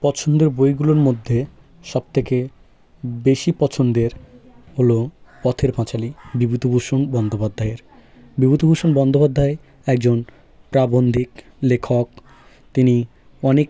পছন্দর বইগুলোর মধ্যে সব থেকে বেশি পছন্দের হলো পথের পাঁচালি বিভূতিভূষণ বন্দ্যোপাধ্যায়ের বিভূতিভূষণ বন্দ্যোপাধ্যায় একজন প্রাবন্ধিক লেখক তিনি অনেক